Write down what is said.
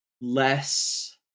less